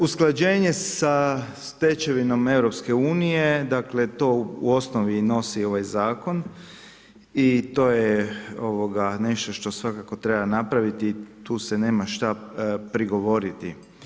Usklađenje sa stečevinom EU-a, dakle to u osnovi nosi ovaj zakon i to je nešto što svakako treba napraviti, tu se nema šta prigovoriti.